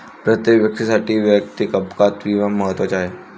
प्रत्येक व्यक्तीसाठी वैयक्तिक अपघात विमा महत्त्वाचा आहे